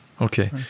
Okay